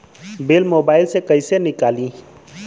Bill mobile से कईसे निकाली?